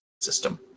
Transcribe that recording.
system